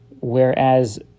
whereas